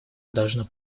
должно